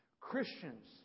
Christians